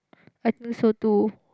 I think so too